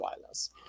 violence